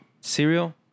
cereal